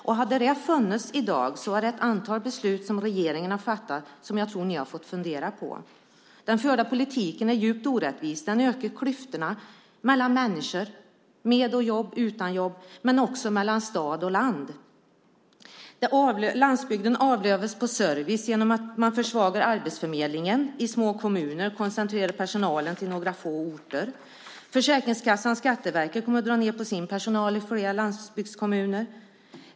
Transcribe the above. Om den hade funnits i dag är det ett antal beslut som regeringen har fattat som jag tror att ni hade fått fundera på. Den förda politiken är djupt orättvis. Den ökar klyftorna mellan människor, mellan dem som har jobb och dem som inte har jobb. Den ökar också klyftorna mellan stad och land. Landsbygden avlövas på service genom att man försvagar arbetsförmedlingen i små kommuner och koncentrerar personalen till några få orter. Försäkringskassan och Skatteverket kommer att dra ned på sin personal i flera landsbygdskommuner.